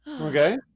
Okay